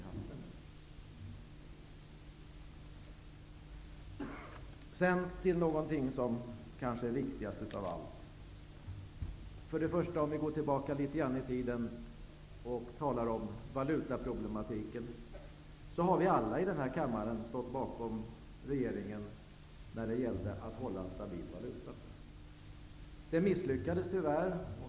Sedan vill jag gå över till något som kanske är det viktigaste av allt. Låt oss gå tillbaka litet grand i tiden och tala om valutaproblematiken. Vi har alla i den här kammaren stått bakom regeringen, när det gällde att upprätthålla en stabil valuta. Det misslyckades tyvärr.